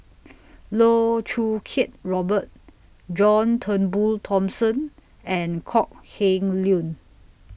Loh Choo Kiat Robert John Turnbull Thomson and Kok Heng Leun